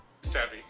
savvy